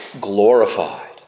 Glorified